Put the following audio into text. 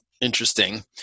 interesting